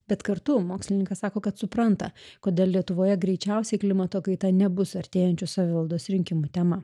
bet kartu mokslininkas sako kad supranta kodėl lietuvoje greičiausiai klimato kaita nebus artėjančių savivaldos rinkimų tema